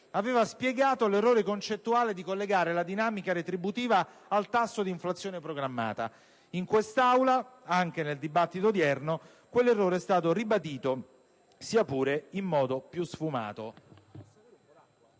aveva spiegato l'errore concettuale di collegare la dinamica retributiva al tasso d'inflazione programmata. In quest'Aula, anche nel dibattito odierno, quell'errore è stato ribadito sia pure in modo più sfumato.